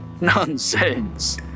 Nonsense